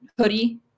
hoodie